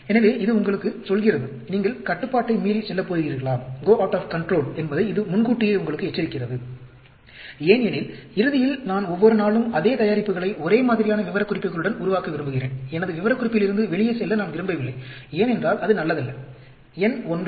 எனவே இது உங்களுக்குச் சொல்கிறது நீங்கள் கட்டுப்பாட்டை மீறிச் செல்லப் போகிறீர்களா என்பதை இது முன்கூட்டியே உங்களுக்கு எச்சரிக்கிறது ஏனெனில் இறுதியில் நான் ஒவ்வொரு நாளும் அதே தயாரிப்புகளை ஒரேமாதியான விவரக்குறிப்புகளுடன் உருவாக்க விரும்புகிறேன் எனது விவரக்குறிப்பிலிருந்து வெளியே செல்ல நான் விரும்பவில்லை ஏனென்றால் அது நல்லதல்ல எண் 1